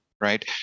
right